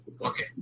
Okay